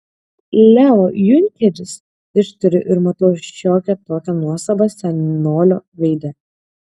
leo junkeris ištariu ir matau šiokią tokią nuostabą senolio veide